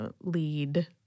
lead –